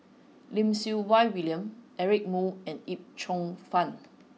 Lim Siew Wai William Eric Moo and Yip Cheong Fun